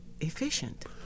efficient